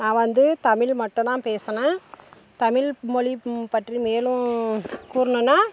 நான் வந்து தமிழ் மட்டும்தான் பேசுனேன் தமிழ் மொழிப்பற்றி மேலும் கூறுணுன்னா